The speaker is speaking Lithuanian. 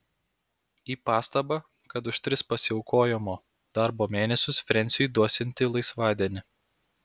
į pastabą kad už tris pasiaukojamo darbo mėnesius frensiui duosianti laisvadienį